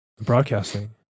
Broadcasting